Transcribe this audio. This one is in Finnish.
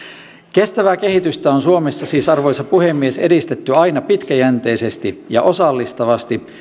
kestävää kehitystä on suomessa siis arvoisa puhemies edistetty aina pitkäjänteisesti ja osallistavasti